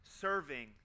serving